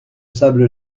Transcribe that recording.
sable